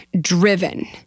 driven